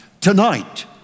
Tonight